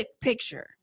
picture